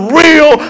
real